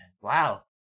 Wow